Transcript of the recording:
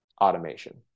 automation